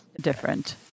different